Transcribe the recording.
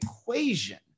equation